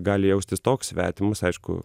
gali jaustis toks svetimas aišku